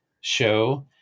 show